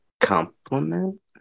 compliment